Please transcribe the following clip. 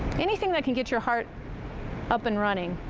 anything that can get your heart up and running.